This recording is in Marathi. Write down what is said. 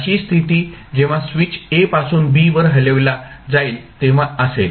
अशी स्थिती जेव्हा स्विच a पासून b वर हलविला जाईल तेव्हा असेल